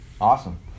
Awesome